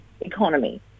economy